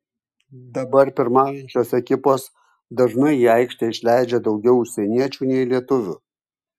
dabar pirmaujančios ekipos dažnai į aikštę išleidžia daugiau užsieniečių nei lietuvių